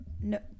no